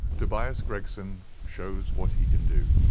tobias gregson shows what he can do.